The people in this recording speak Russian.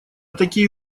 такие